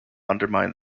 undermine